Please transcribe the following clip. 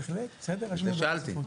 בגלל זה שאלתי.